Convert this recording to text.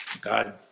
God